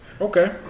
Okay